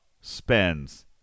spends